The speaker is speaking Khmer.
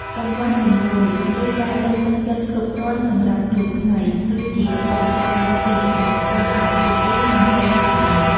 កង្វះជំនួយ ឬការលើកទឹកចិត្តគ្រប់គ្រាន់សម្រាប់គ្រូថ្មី គឺជាឧបសគ្គមួយទៀត ដែលធ្វើឲ្យពួកគេមិនសូវចាប់អារម្មណ៍។